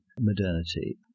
modernity